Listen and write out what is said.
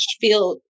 feel